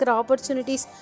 opportunities